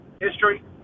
history